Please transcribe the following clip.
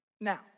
now